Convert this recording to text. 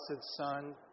Son